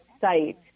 site